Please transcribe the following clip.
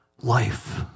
life